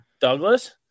douglas